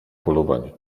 polowanie